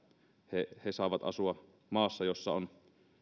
he he saavat asua maassa jossa on